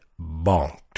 bonked